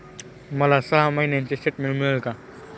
मला सहा महिन्यांचे स्टेटमेंट मिळेल का?